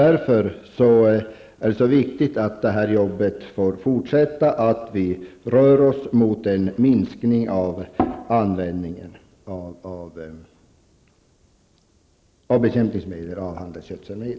Därför är det så viktigt att det här arbetet får fortsätta -- att vi rör oss i riktning mot en minskning av användningen av bekämpningsmedel och handelsgödsel.